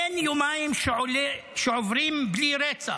אין יומיים שעוברים בלי רצח.